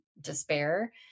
despair